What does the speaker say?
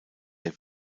der